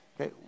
Okay